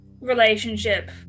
Relationship